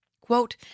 Quote